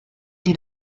die